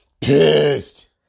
Pissed